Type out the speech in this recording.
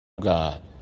God